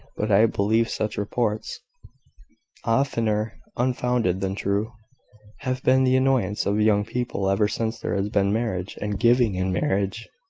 but i believe such reports oftener unfounded than true have been the annoyance of young people ever since there has been marriage and giving in marriage.